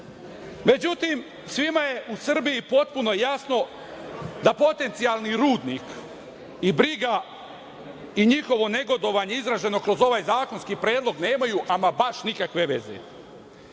Međutim, svima je u Srbiji potpuno jasno da potencijali rudnik i briga i njihovo negodovanje izraženo kroz ovaj zakonski predlog nemaju ama baš nikakve